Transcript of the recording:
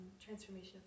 transformation